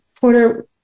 Porter